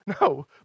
No